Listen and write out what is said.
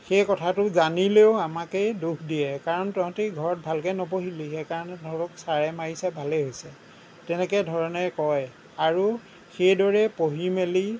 সেই কথাটো জানিলেও আমাকেই দোষ দিয়ে কাৰণ তহঁতি ঘৰত ভালকৈ নপঢ়িলি সেইকাৰণে তহঁতক ছাৰে মাৰিছে ভালে হৈছে তেনেকৈ ধৰণে কয় আৰু এই দৰেই পঢ়ি মেলি